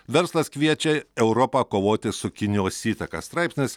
verslas kviečia europą kovoti su kinijos įtaka straipsnis